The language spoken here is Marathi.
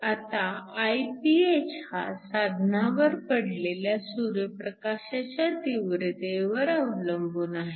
आता Iph हा साधनावर पडलेल्या सूर्यप्रकाशाच्या तीव्रतेवर अवलंबून आहे